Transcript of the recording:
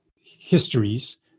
histories